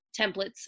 templates